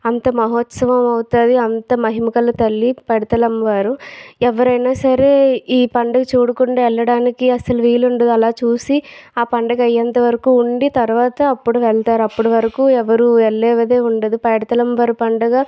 అంత మహోత్సవం అవుతుంది అంత మహిమగల తల్లి పైడితల్లి అమ్మవారు ఎవరైనా సరే ఈ పండుగ చూడకుండా వెళ్ళడానికి అసలు వీలు ఉండదు అలా చూసి ఆ పండగ అయ్యేంతవరకు ఉండి తర్వాత అప్పుడు వెళ్తారు అప్పటి వరకు ఎవరు వెళ్ళేది ఉండదు పైడితల్లి అమ్మవారి పండుగ